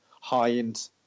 high-end